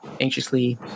anxiously